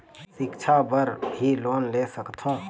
सिक्छा बर भी लोन ले सकथों?